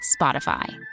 Spotify